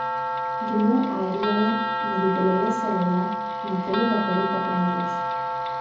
gimiau airijoje nedidelėje saloje netoli vakarų pakrantės